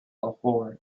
lahore